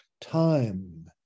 time